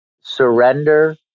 surrender